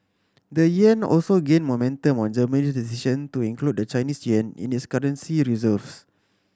the yuan also gained momentum on Germany's decision to include the Chinese yuan in its currency reserves